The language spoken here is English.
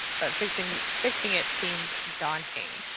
but fixing fixing it seems daunting.